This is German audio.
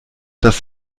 das